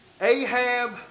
Ahab